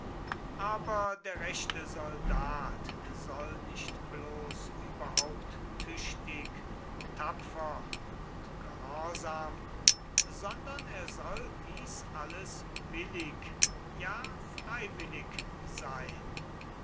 aber der rechte soldat soll nicht bloß überhaupt tüchtig tapfer und gehorsam sondern er soll dies alles willig ja freiwillig sein